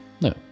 No